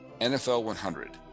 NFL100